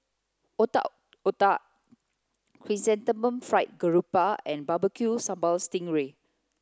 otak otak chrysanthemum fried grouper and barbecu sambal sting ray